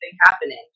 happening